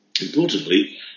Importantly